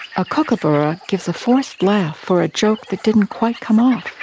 a kookaburra gives a forced laugh for a joke that didn't quite come off,